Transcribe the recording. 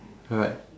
alright